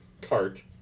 cart